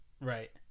right